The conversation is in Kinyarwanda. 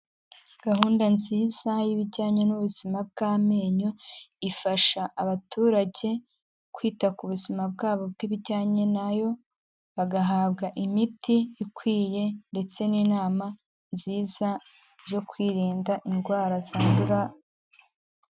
Gahunda nziza y'ibijyanye n'ubuzima bw'amenyo, ifasha abaturage kwita ku buzima bwabo bw'ibijyanye nayo bagahabwa imiti ikwiye ndetse n'inama nziza zo kwirinda indwara zandura.